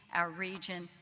our region,